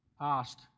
asked